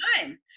time